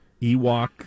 Ewok